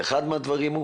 ואחד מהדברים הוא